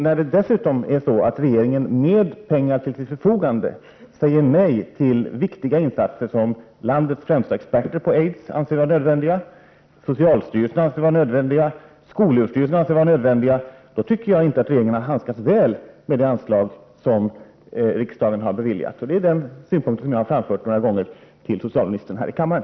När det dessutom är så att regeringen, då den har pengar till sitt förfogande, säger nej till viktiga insatser som landets främsta experter på aids anser vara nödvändiga och som även socialstyrelsen och skolöverstyrelsen anser vara nödvändiga, tycker jag att regeringen inte har handskats väl med de anslag som riksdagen har beviljat. Det är denna synpunkt som jag har framfört några gånger här i kammaren till socialministern.